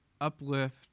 uplift